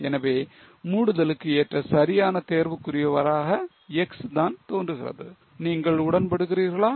எனவே மூடுதலுக்கு ஏற்ற சரியான தேர்வுக்குரியவராக X தான் தோன்றுகிறது நீங்கள் உடன்படுகிறீர்களா